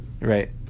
Right